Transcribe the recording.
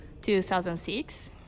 2006